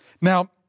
Now